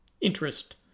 interest